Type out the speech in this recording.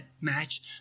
match